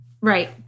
right